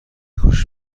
خوشش